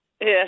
Yes